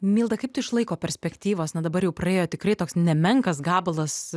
milda kaip tu iš laiko perspektyvos na dabar jau praėjo tikrai toks nemenkas gabalas